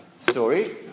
story